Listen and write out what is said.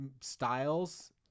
styles